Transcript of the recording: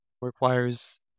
requires